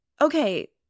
okay